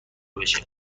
بشه